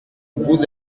vous